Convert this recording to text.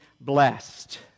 blessed